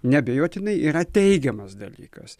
neabejotinai yra teigiamas dalykas